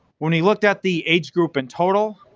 when we looked at the age group in total,